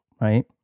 right